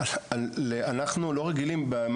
אנחנו לא רגילים לדבר הזה,